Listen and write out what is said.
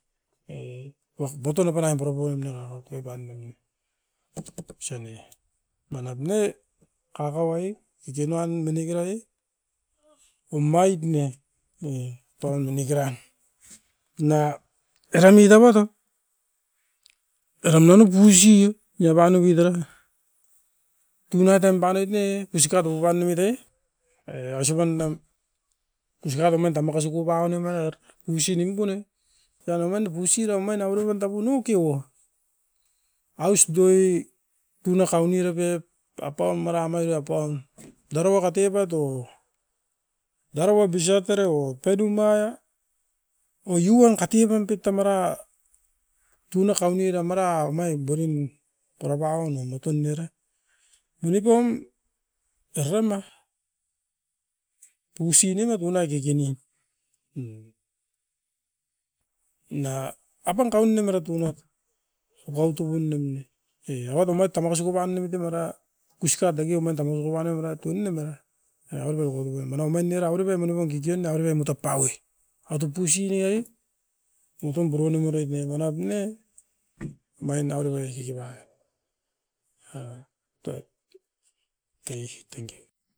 Uak buatono panaim purapu oim nanga oke panoumi. Osa ne manap ne kakau oi kikinuan minikera oi, omait ne. E tau minikeran, na eran i tamat o eram nonu pusi niaba niomit era, tunatoim banoit e osikat wapan omit ai e ausipan dan kusikat omain ta makasi kupau nem maror usin nimpun oi. Eran omain pusi rau omain avere pan tapunakio, aus doi tunakau nira pep apaum mara mairi apaun dorouaka teipat o. Diaroua busiat era o opaidum ai, o iuen katibam pep ta mara tuna kauni era mara omain bonin purapa ouni moton era. Nonipom era pam a, pusi nina punai kekenin na apan kaun ne mara tunot apaun tupun nem ne. E avat omait ta makasi kupanemit e mara kusikat deki omain ta marako panoim era, tunoim era mana omain era auripai monikon kikiun averepai muta pau e. Autop pusi ne ai, tutom puron nimeroit ne manap ne omain auroue kikiban, a toit e. Tenkiu.